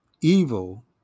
Evil